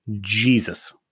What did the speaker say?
Jesus